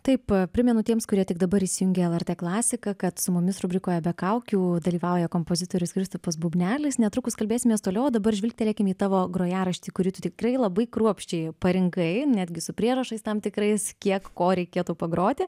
taip primenu tiems kurie tik dabar įsijungė lrt klasiką kad su mumis rubrikoje be kaukių dalyvauja kompozitorius kristupas bubnelis netrukus kalbėsimės toliau o dabar žvilgtelėkim į tavo grojaraštį kurį tu tikrai labai kruopščiai parinkai netgi su prierašais tam tikrais kiek ko reikėtų pagroti